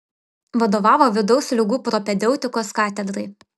vadovavo vidaus ligų propedeutikos katedrai